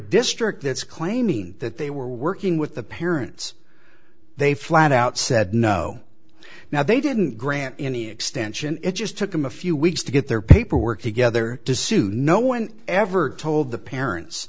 district that's claiming that they were working with the parents they flat out said no now they didn't grant any extension it just took them a few weeks to get their paperwork together to soon no one ever told the parents